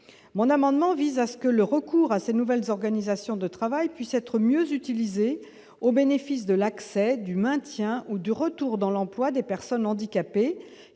mon amendement vise à ce que le recours à ces nouvelles organisations de travail puisse être mieux utilisés au bénéfice de l'accès du maintien ou du retour dans l'emploi des personnes handicapées